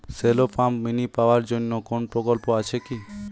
Shallow pump mini power জন্য কোনো প্রকল্প আছে কি?